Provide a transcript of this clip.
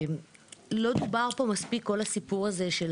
לא דובר פה מספיק כל הסיפור הזה של